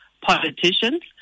politicians